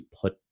put